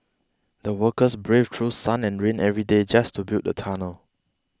the workers braved through sun and rain every day just to build the tunnel